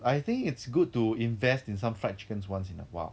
I think it's good to invest in some fried chickens once in a while